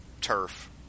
turf